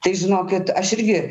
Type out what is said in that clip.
tai žinokit aš irgi